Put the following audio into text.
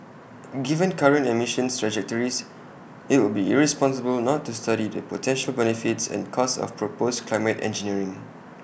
given current emissions trajectories IT would be irresponsible not to study the potential benefits and costs of proposed climate engineering